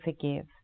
forgive